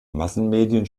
massenmedien